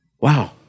Wow